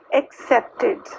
accepted